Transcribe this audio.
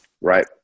Right